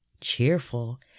cheerful